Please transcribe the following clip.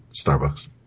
Starbucks